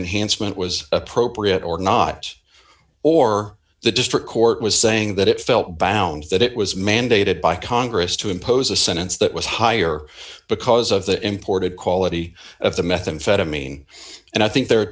enhancement was appropriate or not or the district court was saying that it felt bound that it was mandated by congress to impose a sentence that was higher because of the important quality of the methamphetamine and i think there are